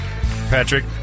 Patrick